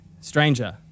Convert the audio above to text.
Stranger